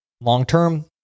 Long-term